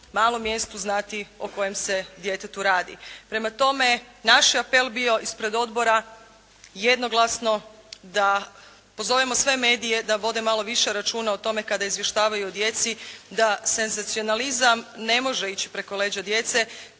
malom mjestu znati o kojem se djetetu radi. Prema tome, naš je apel bio ispred odbora jednoglasno da pozovemo sve medije da vode malo više računa o tome kada izvještavaju o djeci da senzacionalizam ne može ići preko leđa djece,